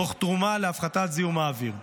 תוך תרומה להפחתת זיהום האוויר.